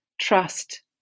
trust